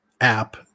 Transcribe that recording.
app